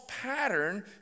pattern